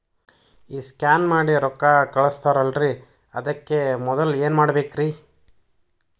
ಈ ಸ್ಕ್ಯಾನ್ ಮಾಡಿ ರೊಕ್ಕ ಕಳಸ್ತಾರಲ್ರಿ ಅದಕ್ಕೆ ಮೊದಲ ಏನ್ ಮಾಡ್ಬೇಕ್ರಿ?